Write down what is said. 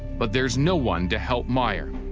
but there's no one to help meyer.